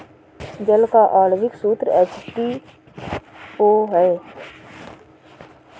जल का आण्विक सूत्र एच टू ओ है